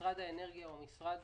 משרד האנרגיה מבחינת